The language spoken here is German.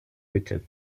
mitte